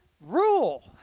rule